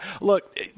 Look